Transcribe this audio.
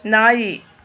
ನಾಯಿ